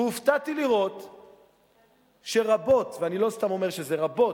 הופתעתי לראות שרבות, ואני לא סתם אומר שזה רבות,